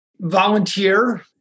Volunteer